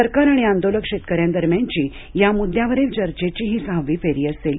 सरकार आणि आंदोलक शेतकऱ्यांदरम्यानची या मुद्यावरील चर्चेची ही सहावी फेरी असेल